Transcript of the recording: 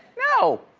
no,